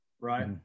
Right